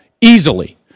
easily